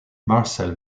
marcel